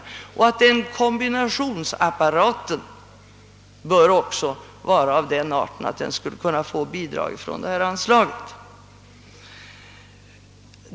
Sådana kombinationsapparater bör kunna anses vara av den arten, att man skall kunna få bidrag för dem.